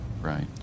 Right